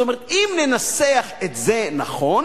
זאת אומרת, אם ננסח את זה נכון,